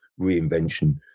reinvention